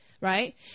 right